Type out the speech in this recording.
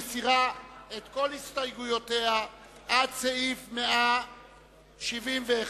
נוכחת ג'מאל זחאלקה, בעד ציפי חוטובלי,